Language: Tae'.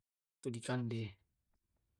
manintu dikande